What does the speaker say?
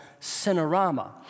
Cinerama